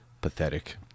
Pathetic